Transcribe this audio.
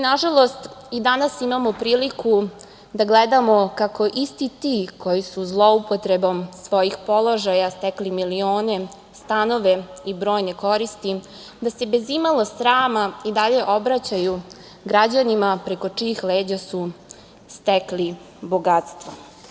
Nažalost, mi i danas imamo priliku da gledamo kako isti ti koji su zloupotrebom svojih položaja stekli milione, stanove i brojne koristi, da se bez imalo srama i dalje obraćaju građanima, preko čijih leđa su stekli bogatstvo.